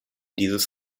dieses